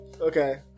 Okay